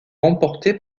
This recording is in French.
remportée